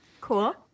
Cool